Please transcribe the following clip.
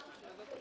הישיבה נעולה.